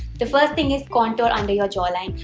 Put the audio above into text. the first thing is contour under your jawline.